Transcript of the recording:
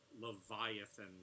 Leviathan